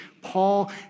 Paul